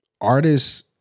artists